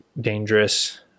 dangerous